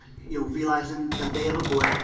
you know, realizing that they have a voice,